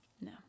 No